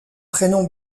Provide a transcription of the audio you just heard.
prénom